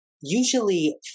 usually